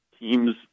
teams